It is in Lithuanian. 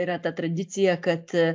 yra ta tradicija kad